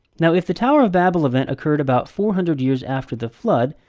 now if the tower of babel event occurred about four hundred years after the flood,